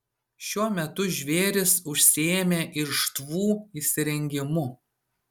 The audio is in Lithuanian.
šiuo metu žvėrys užsiėmę irštvų įsirengimu